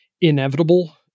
inevitable